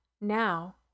now